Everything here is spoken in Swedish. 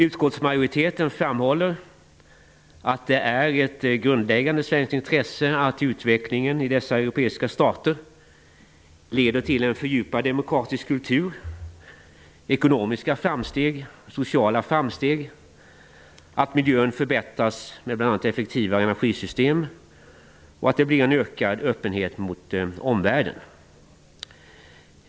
Utskottsmajoriteten framhåller att det är ett grundläggande svenskt intresse att utvecklingen i dessa europeiska stater leder till en fördjupad demokratisk kultur, ekonomiska framsteg och sociala framsteg, att miljön förbättras med bl.a. effektivare energisystem och att det blir en ökad öppenhet mot omvärlden.